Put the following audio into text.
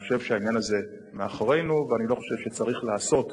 אני חושב שהעניין הזה מאחורינו ואני לא חושב שצריך לעשות,